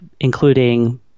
including